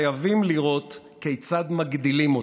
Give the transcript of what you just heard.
חייבים לראות כיצד מגדילים אותה.